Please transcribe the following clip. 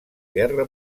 guerra